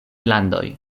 landoj